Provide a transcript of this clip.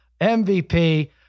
MVP